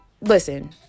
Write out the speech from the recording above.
listen